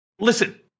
Listen